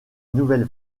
nouvelle